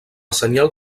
senyal